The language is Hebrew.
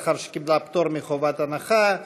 לאחר שקיבלה פטור מחובת הנחה,